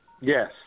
Yes